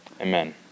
Amen